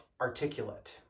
articulate